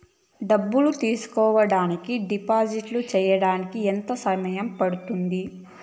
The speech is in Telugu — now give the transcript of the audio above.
డబ్బులు తీసుకోడానికి డిపాజిట్లు సేయడానికి ఎంత సమయం పడ్తుంది